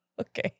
Okay